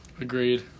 Agreed